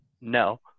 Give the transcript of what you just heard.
no